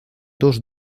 dos